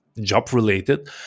job-related